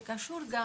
זה קשור גם